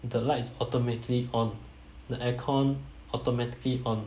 the lights automatically on the aircon automatically on